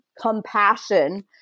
compassion